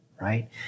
right